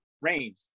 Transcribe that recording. range